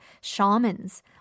shamans